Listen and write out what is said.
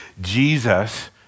Jesus